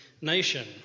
nation